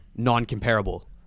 Non-comparable